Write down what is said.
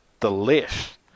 delish